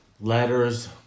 letters